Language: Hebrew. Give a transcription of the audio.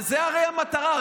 וזו הרי המטרה,